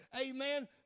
amen